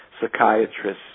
psychiatrists